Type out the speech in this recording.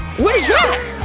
what is that?